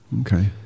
Okay